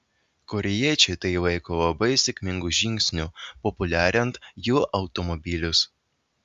korėjiečiai tai laiko labai sėkmingu žingsniu populiarinant jų automobilius